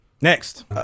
Next